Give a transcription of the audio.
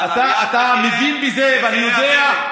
אתה מבין בזה ואני יודע,